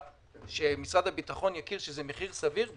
שמשרד הביטחון יכיר שזה מחיר סביר,